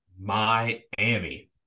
Miami